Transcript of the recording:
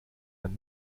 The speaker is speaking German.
man